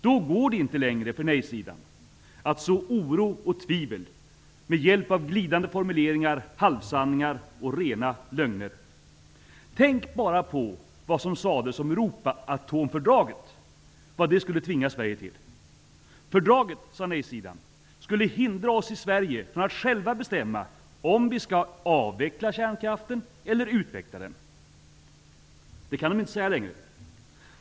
Då går det inte längre för nej-sidan att så oro och tvivel med hjälp av glidande formuleringar, halvsanningar och rena lögner. Tänk bara på vad som sades om vad Euroatomfördraget skulle tvinga Sverige till. Fördraget, sade nej-sidan, skulle hindra oss i Sverige från att själva bestämma om vi skall avveckla kärnkraften eller utveckla den. Det kan de inte säga längre!